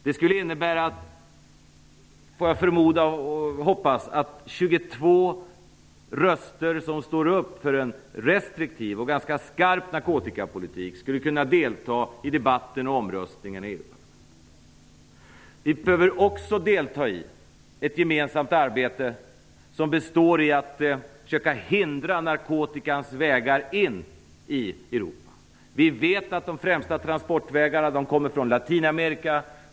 Jag förmodar och hoppas att det skulle innebära att 22 röster som står upp för en restriktiv och ganska skarp narkotikapolitik skulle kunna delta i debatten och omröstningarna i EU. Vi behöver också delta i ett gemensamt arbete som består i att försöka hindra narkotikans vägar in i Europa. Vi vet att de främsta transportvägarna kommer från Latinamerika.